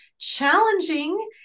challenging